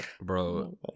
bro